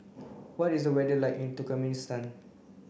what is the weather like in Turkmenistan